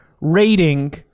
rating